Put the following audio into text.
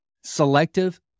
selective